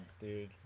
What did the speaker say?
dude